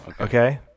Okay